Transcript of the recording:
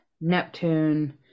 Neptune